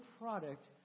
product